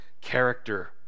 character